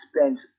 spent